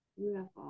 Beautiful